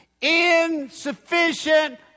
Insufficient